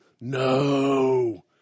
No